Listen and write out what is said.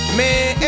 man